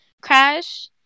crash